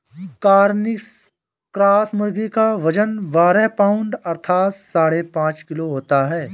Cornish cross मुर्गी का वजन बारह पाउण्ड अर्थात साढ़े पाँच किलो होता है